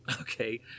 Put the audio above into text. Okay